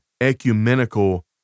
ecumenical